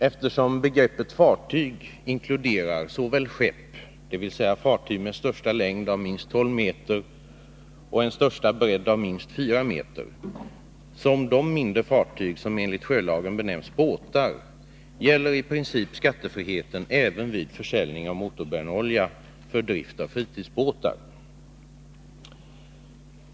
Eftersom begreppet fartyg inkluderar såväl skepp, dvs. fartyg med en maximal längd av minst 12 meter och en maximal bredd av minst 4 meter, som de mindre fartyg vilka enligt sjölagen benämns båtar, gäller skattefriheten i princip även vid försäljning av motorbrännolja för drift av fritidsbåtar.